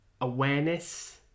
awareness